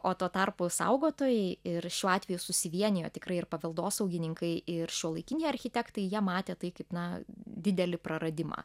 o tuo tarpu saugotojai ir šiuo atveju susivienijo tikrai ir paveldosaugininkai ir šiuolaikiniai architektai jie matė tai kaip na didelį praradimą